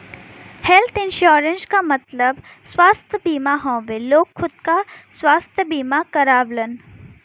health insurance क मतलब स्वस्थ बीमा हउवे लोग खुद क स्वस्थ बीमा करावलन